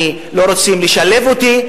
לא רוצים לשלב אותי,